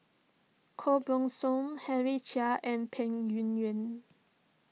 Koh Buck Song Henry Chia and Peng Yuyun